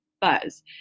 buzz